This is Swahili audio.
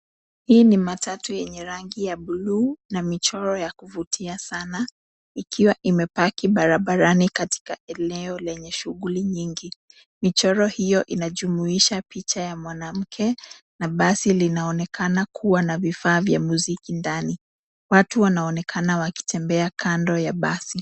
Hii ni matatu yenye rangi ya buluu na michoro ya kuvutia sana, ikiwa imepaki barabarani katika eneo lenye shughuli nyingi. Michoro hiyo inajumuisha picha ya mwanamke na basi linaonekana kuwa na vifaa vya muziki ndani. Watu wanaonekana wakitembea kando ya basi.